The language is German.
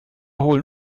holen